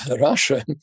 Russia